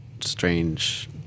strange